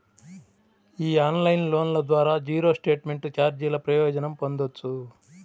ఈ ఆన్లైన్ లోన్ల ద్వారా జీరో స్టేట్మెంట్ ఛార్జీల ప్రయోజనం పొందొచ్చు